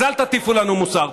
אז אל תטיפו לנו מוסר.